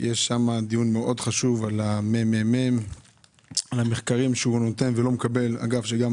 שם מתנהל עכשיו דיון מאוד חשוב על מרכז המחקר והמידע של הכנסת,